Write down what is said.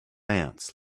ants